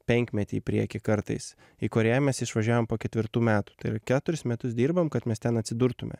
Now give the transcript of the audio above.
penkmetį į priekį kartais į korėją mes išvažiavom po ketvirtų metų tai yra keturis metus dirbom kad mes ten atsidurtume